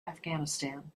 afghanistan